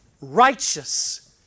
righteous